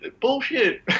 Bullshit